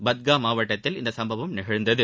பட்காம் மாவட்டத்தில் இந்த சம்பவம் நிகழ்ந்தது